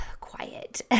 quiet